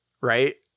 right